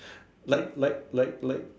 like like like like